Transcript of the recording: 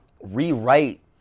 rewrite